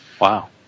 Wow